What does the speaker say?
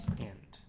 and